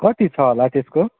कति छ होला त्यसको